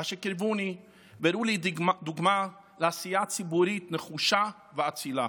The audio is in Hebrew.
אשר קירבוני והראו לי דוגמה לעשייה ציבורית נחושה ואצילה.